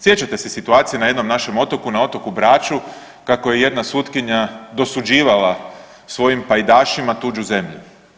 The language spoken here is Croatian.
Sjećate se situacije na jednom našem otoku, na otoku Braču kako je jedna sutkinja dosuđivala svojim pajdašima tuđu zemlju?